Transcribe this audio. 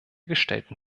gestellten